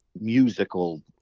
musical